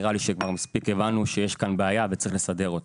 נראה לי שהבנו מספיק שיש כאן בעיה וצריך לסדר אותה.